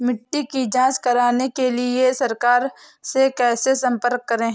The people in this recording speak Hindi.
मिट्टी की जांच कराने के लिए सरकार से कैसे संपर्क करें?